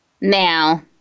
Now